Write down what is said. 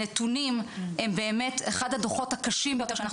הנתונים הם באמת אחד הדוחות הקשים ביותר שאנחנו